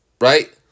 Right